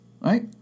Right